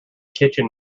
kitchen